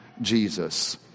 Jesus